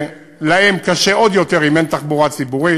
שכן להן קשה עוד יותר אם אין תחבורה ציבורית,